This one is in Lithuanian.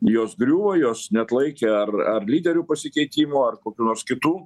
jos griuvo jos neatlaikė ar ar lyderių pasikeitimo ar kokių nors kitų